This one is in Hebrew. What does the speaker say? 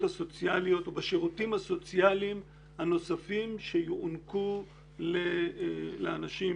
הסוציאליות או בשירותים הסוציאליים הנוספים שיוענקו לאנשים